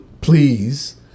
please